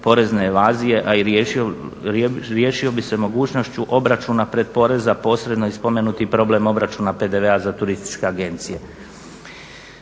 a i riješio bi se mogućnošću obračuna predporeza posredno i spomenuti problem obračuna PDV-a za turističke agencije.